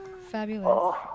fabulous